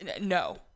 No